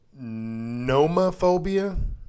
Nomophobia